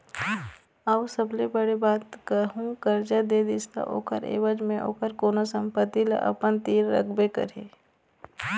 अऊ सबले बड़े बात कहूँ करजा दे दिस ता ओखर ऐवज म ओखर कोनो संपत्ति ल अपन तीर रखबे करही